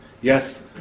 Yes